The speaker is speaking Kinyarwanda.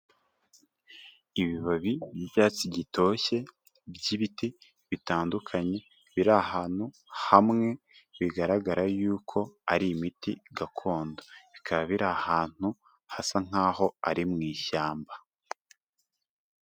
Ibibabi by'icyatsi gitoshye by'ibiti bitandukanye, biri ahantu hamwe, bigaragara yuko ari imiti gakondo, bikaba biri ahantu hasa nk'aho ari mu ishyamba.